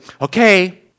okay